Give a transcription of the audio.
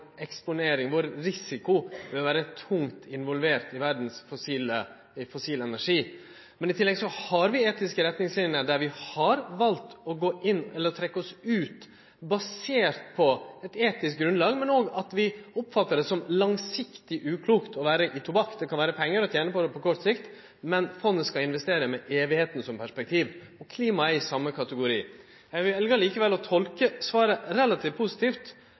vår ved å vere tungt involvert i verdas fossile energi. I tillegg har vi etiske retningsliner, der vi har valt å gå inn eller trekkje oss ut basert på eit etisk grunnlag. Vi oppfattar det som langsiktig uklokt å investere i tobakk. Det kan vere pengar å tene på det på kort sikt, men fondet skal investere med æva som perspektiv. Klimaet er i same kategori. Eg vel likevel å tolke svaret relativt positivt,